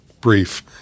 brief